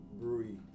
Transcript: Brewery